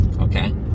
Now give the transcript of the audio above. Okay